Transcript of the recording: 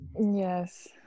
Yes